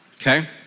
okay